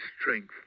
strength